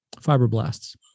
fibroblasts